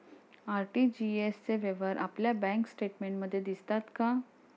RTGS चे व्यवहार आपल्या बँक स्टेटमेंटमध्ये दिसतात का?